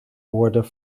woorden